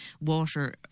water